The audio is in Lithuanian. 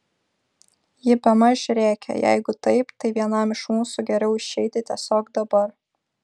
ji bemaž rėkė jeigu taip tai vienam iš mūsų geriau išeiti tiesiog dabar